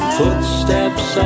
footsteps